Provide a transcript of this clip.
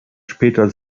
später